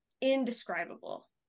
indescribable